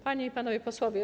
Panie i Panowie Posłowie!